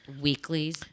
Weeklies